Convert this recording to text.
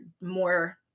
more